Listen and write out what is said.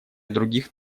других